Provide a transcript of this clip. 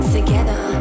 Together